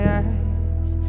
eyes